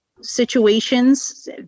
Situations